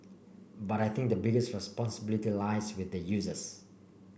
but I think the biggest responsibility lies with the users